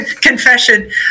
confession